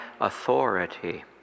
authority